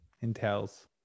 entails